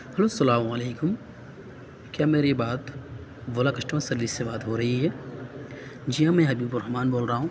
السّلام علیکم کیا میری بات اولا کسٹمر سروس سے بات ہو رہی ہے جی ہاں میں حبیب الرحمان بول رہا ہوں